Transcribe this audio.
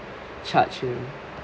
charge him